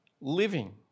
living